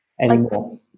anymore